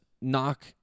knock